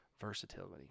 Versatility